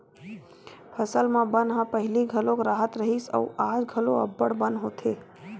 फसल म बन ह पहिली घलो राहत रिहिस अउ आज घलो अब्बड़ बन होथे